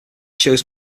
shows